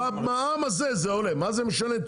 במע"מ הזה זה עולה, מה זה משנה?